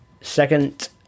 second